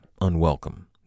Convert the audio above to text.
unwelcome